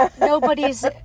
nobody's